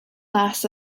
mas